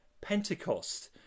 Pentecost